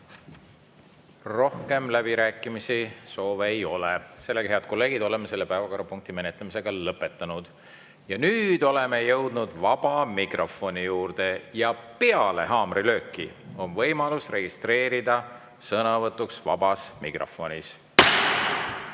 Rohkem läbirääkimiste soove ei ole. Head kolleegid, oleme selle päevakorrapunkti menetlemise lõpetanud. Nüüd oleme jõudnud vaba mikrofoni juurde. Peale haamrilööki on võimalus registreeruda sõnavõtuks vabas mikrofonis.